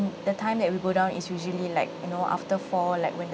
the time that we go down is usually like you know after four like when the